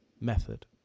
method